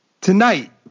tonight